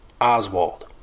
Oswald